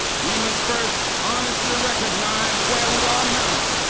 we must first honestly recognize where we are now.